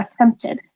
attempted